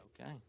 Okay